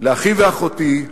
לאחי ולאחותי,